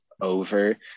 over